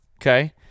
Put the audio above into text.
okay